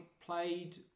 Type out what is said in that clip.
played